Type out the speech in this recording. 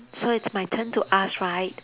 so it's my turn to ask right